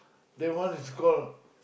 that one is call